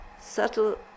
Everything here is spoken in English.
subtle